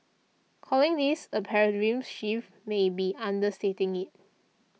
calling this a shift may be understating it